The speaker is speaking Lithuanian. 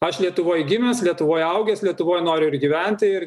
aš lietuvoj gimęs lietuvoj augęs lietuvoj noriu ir gyventi ir